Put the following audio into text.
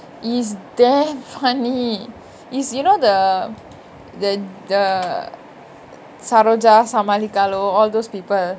is damn funny is you know the the the saroja samaalikaalo all those people